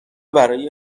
برای